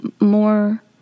more